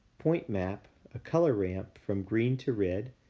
point map, a color ramp from green to red.